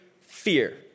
fear